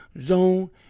zone